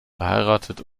verheiratet